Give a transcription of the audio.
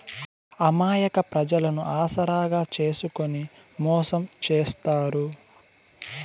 అమాయక ప్రజలను ఆసరాగా చేసుకుని మోసం చేత్తారు